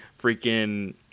freaking